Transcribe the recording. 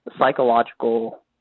psychological